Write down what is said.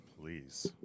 please